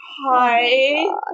hi